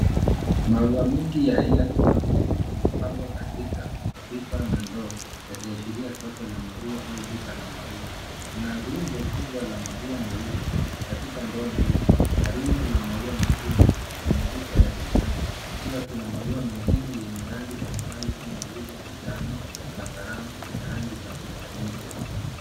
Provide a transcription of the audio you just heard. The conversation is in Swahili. Maua mingi ya aina tofauti yaliyopangwa katika mapipa na ndoo yakiashiria soko la maua au duka la maua. Kuna rundo kubwa la maua meupe katika ndoo mbili na rundo la maua mekundu kwenye pipa ya kijani. Pia kuna maua mengine yenye rangi mbalimbali kama vile manjano, zambarau na rangi za mchanganyiko